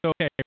okay